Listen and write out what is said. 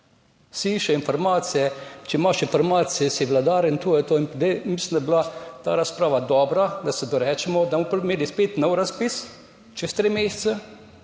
Vsi iščejo informacije, če imaš informacije, si vladar, to je to. Mislim, da je bila ta razprava dobra, da dorečemo, da bomo imeli spet nov razpis čez tri mesece,